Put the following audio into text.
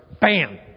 Bam